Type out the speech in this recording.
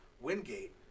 Wingate